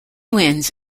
wins